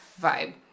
vibe